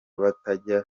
batajya